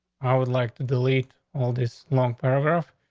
i would like to delete all this long program.